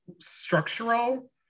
structural